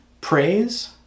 Praise